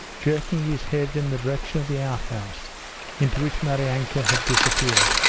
jerking his head in the direction of the outhouse into which maryanka had disappeared.